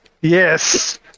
Yes